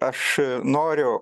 aš noriu